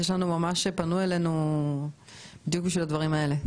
פנו אלינו בדיוק בשביל הדברים האלה.